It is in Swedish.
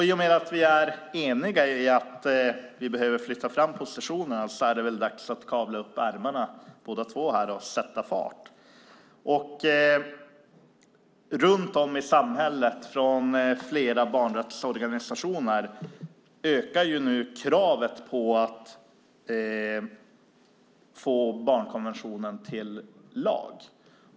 I och med att vi är eniga om att vi behöver flytta fram positionerna är det väl dags för oss båda två att kavla upp ärmarna och sätta fart. Runt om i samhället och från flera barnrättsorganisationer ökar nu kravet på att få barnkonventionen till lag.